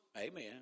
Amen